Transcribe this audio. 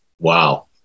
Wow